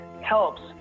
helps